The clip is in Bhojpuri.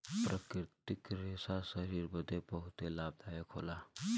प्राकृतिक रेशा शरीर बदे बहुते लाभदायक होला